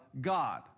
God